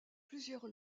plusieurs